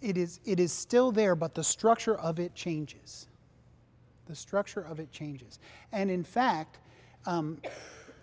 it is it is still there but the structure of it changes the structure of it changes and in fact